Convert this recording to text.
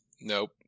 Nope